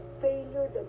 failure